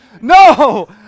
No